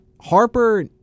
Harper